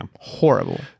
Horrible